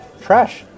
Trash